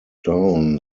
down